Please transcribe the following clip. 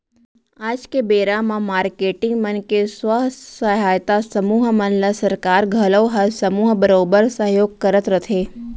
आज के बेरा म मारकेटिंग मन के स्व सहायता समूह मन ल सरकार घलौ ह समूह बरोबर सहयोग करत रथे